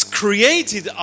created